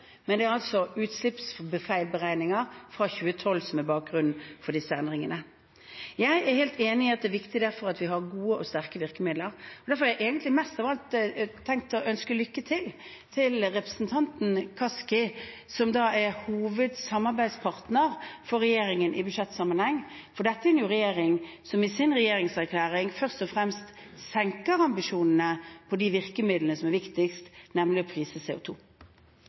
men det er utslippsfeilberegninger fra 2012 som er bakgrunnen for disse endringene. Jeg er helt enig i at det derfor er viktig at vi har gode og sterke virkemidler. Derfor har jeg egentlig mest av alt tenkt å ønske lykke til til representanten Kaski, som er hovedsamarbeidspartner for regjeringen i budsjettsammenheng, for dette er jo en regjering som i sin regjeringserklæring først og fremst senker ambisjonene på det virkemidlet som er viktigst, nemlig å prise